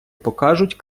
покажуть